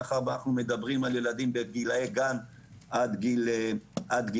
מאחר שאנחנו מדברים על ילדים בגילאי גן עד כיתה ו'.